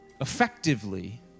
effectively